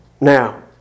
Now